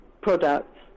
products